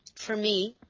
for me,